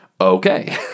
okay